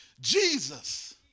Jesus